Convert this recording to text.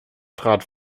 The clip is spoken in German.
trat